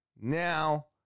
Now